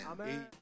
Amen